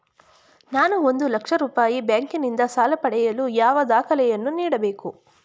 ನಾನು ಒಂದು ಲಕ್ಷ ರೂಪಾಯಿ ಬ್ಯಾಂಕಿನಿಂದ ಸಾಲ ಪಡೆಯಲು ಯಾವ ದಾಖಲೆಗಳನ್ನು ನೀಡಬೇಕು?